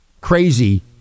crazy